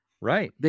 Right